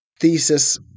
thesis